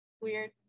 weird